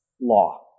law